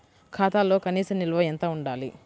ఖాతాలో కనీస నిల్వ ఎంత ఉండాలి?